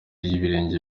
y’ibirenge